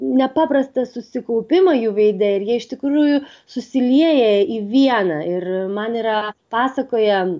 nepaprastą susikaupimą jų veide ir jie iš tikrųjų susilieja į vieną ir man yra pasakoję